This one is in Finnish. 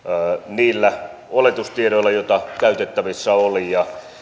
niillä oletustiedoilla joita käytettävissä oli ja